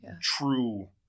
true